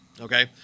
Okay